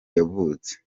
yavutse